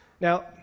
Now